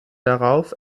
darauf